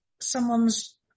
someone's